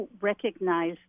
recognize